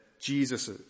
Jesus